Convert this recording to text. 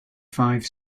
five